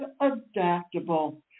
adaptable